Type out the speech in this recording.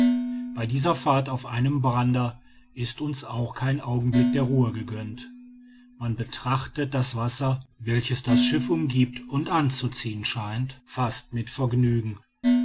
bei dieser fahrt auf einem brander ist uns auch kein augenblick der ruhe gegönnt man betrachtet das wasser welches das schiff umgiebt und anzuziehen scheint fast mit vergnügen